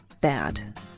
bad